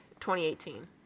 2018